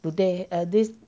today err this